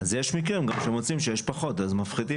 אז יש גם מקרים שמוצאים שיש פחות ומפחיתים.